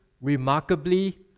remarkably